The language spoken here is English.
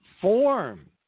form